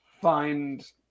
find